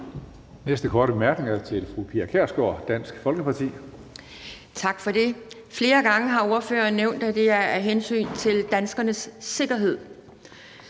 Næste korte bemærkning er til fru Pia Kjærsgaard, Dansk Folkeparti. Kl. 17:12 Pia Kjærsgaard (DF): Tak for det. Flere gange har ordføreren nævnt, at det er af hensyn til danskernes sikkerhed.